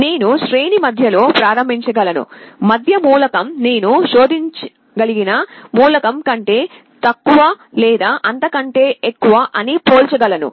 నేను శ్రేణి మధ్యలో ప్రారంభించగలను మధ్య మూలకం నేను శోధించదలిచిన మూలకం కంటే తక్కువ లేదా అంతకంటే ఎక్కువ అని పోల్చగలను